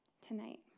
tonight